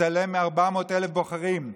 התעלם מ-400,000 בוחרים.